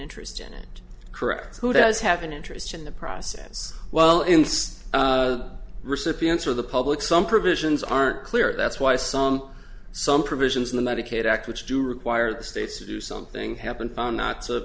interest in it correct who does have an interest in the process well inst recipients or the public some provisions aren't clear that's why some some provisions in the medicaid act which do require the states to do something happened not